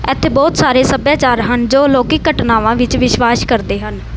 ਇੱਥੇ ਬਹੁਤ ਸਾਰੇ ਸੱਭਿਆਚਾਰ ਹਨ ਜੋ ਅਲੌਕਿਕ ਘਟਨਾਵਾਂ ਵਿੱਚ ਵਿਸ਼ਵਾਸ ਕਰਦੇ ਹਨ